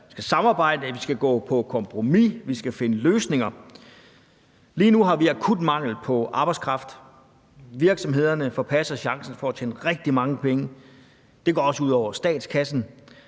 Vi skal samarbejde, vi skal gå på kompromis, og vi skal finde løsninger. Lige nu har vi en akut mangel på arbejdskraft. Virksomhederne forpasser chancen for at tjene rigtig mange penge. Det går også ud over statskassen.